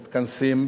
מתכנסים,